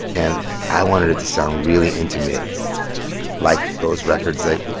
and i wanted it to sound really intimate like those records that,